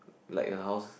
like her house